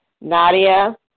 Nadia